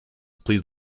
please